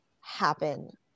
happen